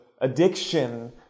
addiction